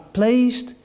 placed